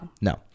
No